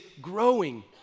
growing